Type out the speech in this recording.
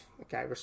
okay